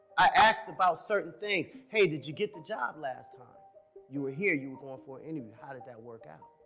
i asked about certain things. hey, did you get the job, last time you were here you were going for and it. how did that work out?